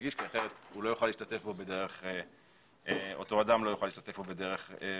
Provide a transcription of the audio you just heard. נגיש כי אחרת אותו אדם לא יוכל להשתתף בו בדרך ראויה.